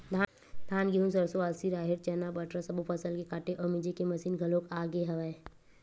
धान, गहूँ, सरसो, अलसी, राहर, चना, बटरा सब्बो फसल के काटे अउ मिजे के मसीन घलोक आ गे हवय